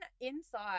inside